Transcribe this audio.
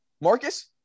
Marcus